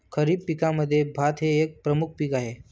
खरीप पिकांमध्ये भात हे एक प्रमुख पीक आहे